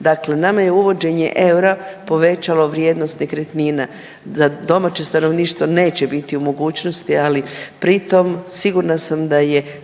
dakle nama je uvođenje eura povećalo vrijednost nekretnina za domaće stanovništvo neće biti u mogućnosti, ali pri tom sigurna sam